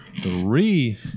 Three